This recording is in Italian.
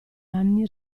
anni